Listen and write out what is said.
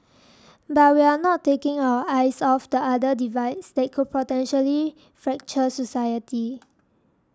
but we are not taking our eyes off the other divides that could potentially fracture society